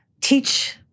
teach